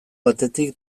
batetik